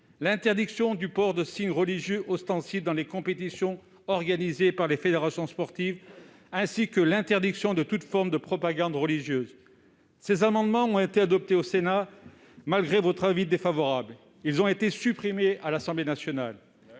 l'interdiction explicite du port de signes religieux ostensibles dans les compétitions organisées par les fédérations sportives, ainsi que l'interdiction de toute forme de propagande religieuse. Ces amendements, adoptés au Sénat malgré l'avis défavorable du Gouvernement, ont été supprimés à l'Assemblée nationale.